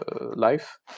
life